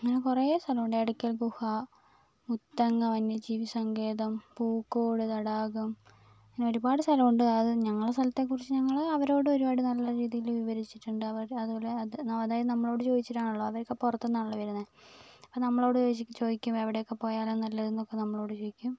അങ്ങനെ കുറെ സ്ഥലമുണ്ട് എടയ്ക്കൽ ഗുഹ മുത്തങ്ങ വന്യജീവി സങ്കേതം പൂക്കോട് തടാകം അങ്ങനെ ഒരുപാട് സ്ഥലമുണ്ട് അത് ഞങ്ങള സ്ഥലത്തെ കുറിച്ച് ഞങ്ങൾ അവരോട് ഒരുപാട് നല്ല രീതിയിൽ വിവരിച്ചിട്ടുണ്ട് അവർ അതുപോലെ അത് അതായത് നമ്മളോട് ചോദിച്ചിട്ടാണല്ലോ അവരൊക്കെ പുറത്ത് നിന്ന് ആണല്ലോ വരുന്നത് അപ്പോൾ നമ്മളോട് ചോദി ചോദിക്കും എവിടെയൊക്കെ പോയാലാണ് നല്ലത് എന്നൊക്കെ നമ്മളോട് ചോദിക്കും